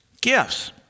Gifts